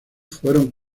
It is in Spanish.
fueron